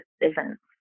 events